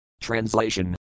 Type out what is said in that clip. Translation